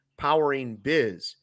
poweringbiz